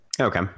Okay